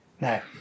no